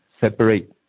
separate